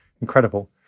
Incredible